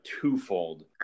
twofold